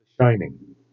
Shining